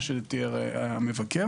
מה שתיאר מבקר